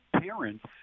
parents